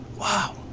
Wow